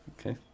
okay